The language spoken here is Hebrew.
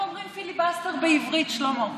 אומרים פיליבסטר בעברית, שלמה?